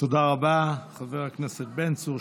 תודה רבה, חבר הכנסת בן צור.